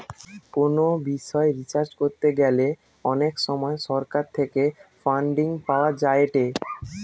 কোনো বিষয় রিসার্চ করতে গ্যালে অনেক সময় সরকার থেকে ফান্ডিং পাওয়া যায়েটে